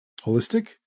holistic